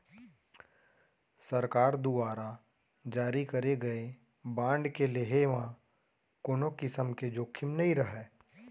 सरकार दुवारा जारी करे गए बांड के लेहे म कोनों किसम के जोखिम नइ रहय